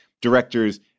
directors